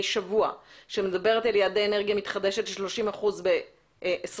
שבוע שמדברת על יעדי אנרגיה מתחדשת של 30% ב-2030.